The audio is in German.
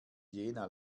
jena